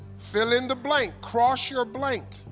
fill in the blank cross your blank.